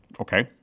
Okay